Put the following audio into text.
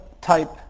type